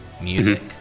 music